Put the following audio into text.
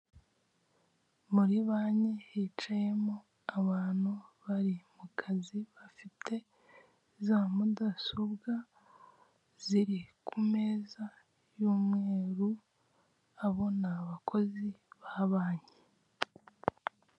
Muri banki bicayemo abantu bari mu kazi bafite za mudasobwa, ziri ku meza y'umweru, abo ni abakozi ba banki.